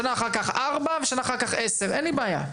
שנה אחר כך 4 ושנה אחר כך 10' אין לי בעיה.